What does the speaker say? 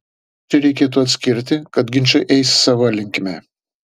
čia reikėtų atskirti kad ginčai eis savo linkme